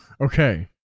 Okay